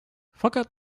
fakat